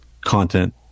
content